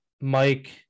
Mike